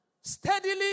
Steadily